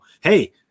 Hey